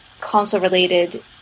console-related